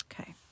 Okay